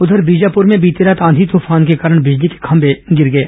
उधर बीजापुर में बीती रात आंधी तूफान के कारण बिजली के खंभे गिर गए